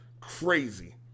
Crazy